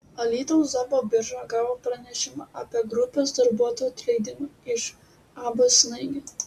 alytaus darbo birža gavo pranešimą apie grupės darbuotojų atleidimą iš ab snaigė